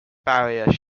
barrier